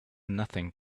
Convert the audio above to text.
nothing